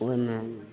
ओहोमे नहि